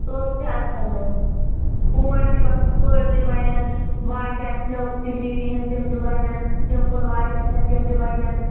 کٔرۍ تہِ حظ بَنَن پونٛڈ تہِ بَ کٔرۍ تہِ بَنن واجہِ آسنو سِنگنِٹی ہِنٛز تِم تہِ بَنن سِمپٕل واجہِ آسن تِم تہِ بَنن